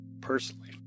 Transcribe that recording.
personally